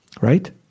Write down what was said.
Right